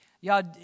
y'all